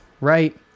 right